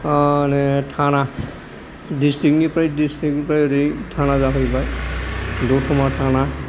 माहोनो थाना दिस्ट्रिक्टनिफ्राय दिस्ट्रिक्ट निफ्राय ओरै थाना जाफैबाय दतमा थाना